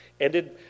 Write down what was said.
ended